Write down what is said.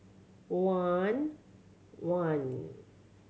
one one